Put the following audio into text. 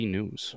News